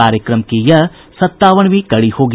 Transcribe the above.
कार्यक्रम की यह सत्तावनवीं कड़ी होगी